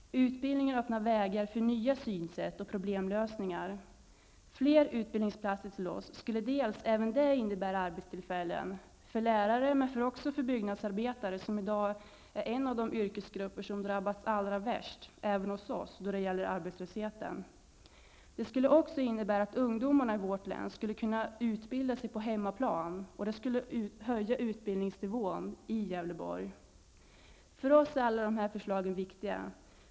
Utbildningen öppnar vägar för nya synsätt och problemlösningar. Fler utbildningsplatser skulle även det innebära arbetstillfällen -- för lärare men också för byggnadsarbetare; det är i dag en av de yrkesgrupper som drabbas allra värst av arbetslösheten, även hos oss. Det skulle också innebära att ungdomarna i vårt län skulle kunna utbilda sig på hemmaplan, och det skulle höja utbildningsnivån i Gävleborg. För oss är alla dessa förslag viktiga.